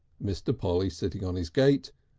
mr. polly sitting on his gate,